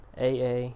AA